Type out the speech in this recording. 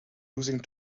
losing